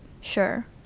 Sure